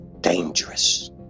Dangerous